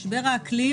משבר האקלים